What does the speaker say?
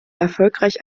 erfolgreich